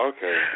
Okay